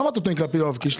למה אתה טוען כלפי יואב קיש.